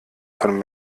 von